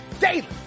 Daily